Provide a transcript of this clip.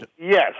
yes